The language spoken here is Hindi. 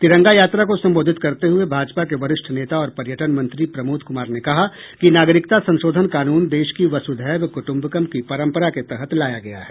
तिरंगा यात्रा को संबोधित करते हुये भाजपा के वरिष्ठ नेता और पर्यटन मंत्री प्रमोद कुमार ने कहा कि नागरिकता संशोधन कानून देश की वसुधैव कुटुम्बकम की परंपरा के तहत लाया गया है